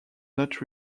not